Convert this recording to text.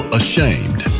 ashamed